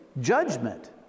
judgment